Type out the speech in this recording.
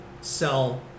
sell